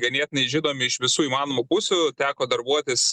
ganėtinai žinomi iš visų įmanomų pusių teko darbuotis